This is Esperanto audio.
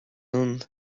nun